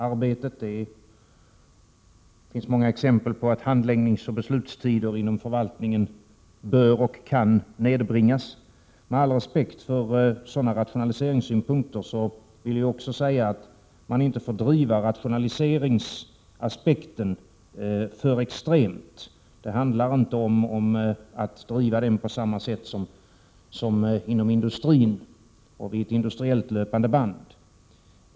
Det finns ju många exempel på att handläggningsoch beslutstiden inom förvaltningen bör och kan nedbringas. Men det handlar inte om att driva rationaliseringen på samma sätt som vid ett industriellt löpande band.